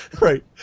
Right